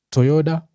Toyota